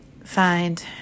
Find